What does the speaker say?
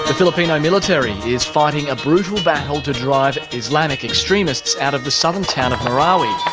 ah pilipino military is fighting a brutal battle to drive islamic extremists out of the southern town of marwari.